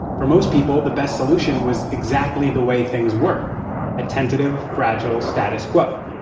for most people, the best solution was exactly the way things were a tentative, fragile status quo.